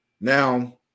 Now